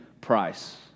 price